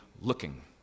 looking